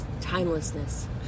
timelessness